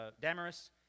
Damaris